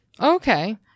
Okay